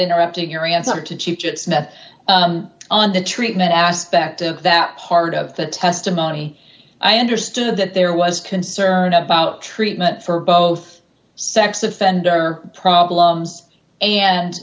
interrupting your answer to cheech it's not on the treatment aspect of that part of the testimony i understood that there was concern about treatment for both sex offender problems and